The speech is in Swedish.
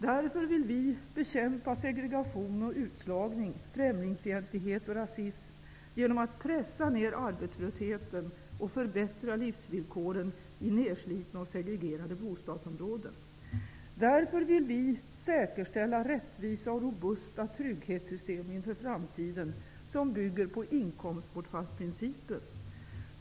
Därför vill vi bekämpa segregation och utslagning, främlingsfientlighet och rasism, genom att pressa ner arbetslösheten och förbättra livsvillkoren i nedslitna och segregerade bostadsområden. Därför vill vi säkerställa rättvisa och robusta trygghetssystem inför framtiden som bygger på inkomstbortfallsprincipen.